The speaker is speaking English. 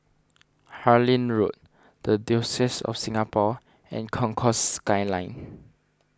Harlyn Road the Diocese of Singapore and Concourse Skyline